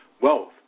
wealth